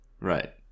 Right